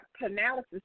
analysis